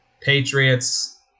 Patriots